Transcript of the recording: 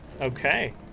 Okay